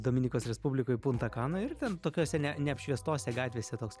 dominikos respublikoj punta kana ir ten tokiose ne neapšviestose gatvėse toks